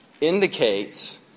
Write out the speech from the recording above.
indicates